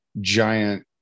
giant